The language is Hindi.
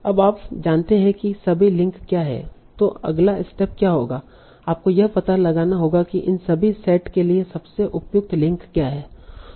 अब आप जानते हैं कि सभी लिंक क्या हैं तो अगला स्टेप क्या होगा आपको यह पता लगाना होगा कि इन सभी सेट के लिए सबसे उपयुक्त लिंक क्या है